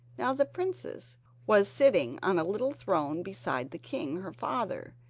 now the princess was sitting on a little throne beside the king, her father,